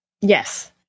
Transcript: Yes